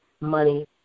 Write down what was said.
money